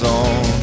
on